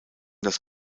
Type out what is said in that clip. das